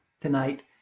tonight